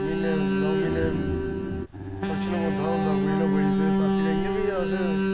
म्हीने द'ऊं म्हीनें फंक्शन होंदा होंदा कोई ना कोई ते बाकी ते इ'यां बी अस